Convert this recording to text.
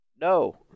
No